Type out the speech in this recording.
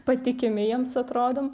patikimi jiems atrodom